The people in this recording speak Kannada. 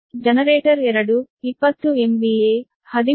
generator 2 20 MVA 13